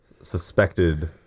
suspected